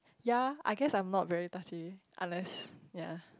ya I guess I am not very touchy unless ya